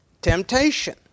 temptation